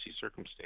circumstance